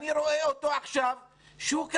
ואני רואה אותו עכשיו נובל.